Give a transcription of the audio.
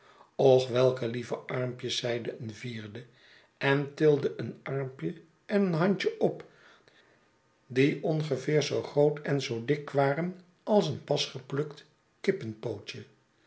och welke lieve armpjes zeide een vierde en tilde een armpje en een handje op die ongeveer zoo groot en zoo dik waren als een pas geplukt kippenpootje